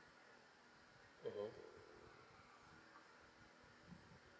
mmhmm